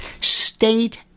State